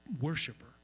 worshiper